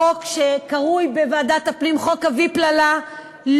החוק שקרוי בוועדת הפנים חוק הוופלל"א,